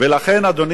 ולכן, אדוני